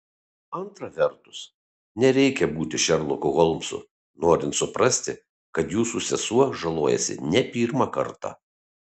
antra vertus nereikia būti šerloku holmsu norint suprasti kad jūsų sesuo žalojasi ne pirmą kartą